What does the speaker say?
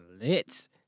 lit